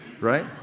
right